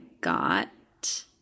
got